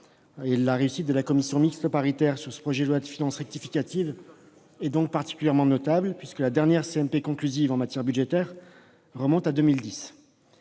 La réussite de la commission mixte paritaire sur ce projet de loi de finances rectificative est donc particulièrement notable, puisque la dernière CMP conclusive en la matière remonte à 2010.